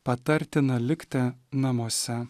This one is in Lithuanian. patartina likti namuose